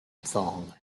thong